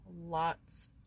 lots